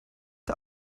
der